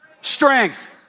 Strength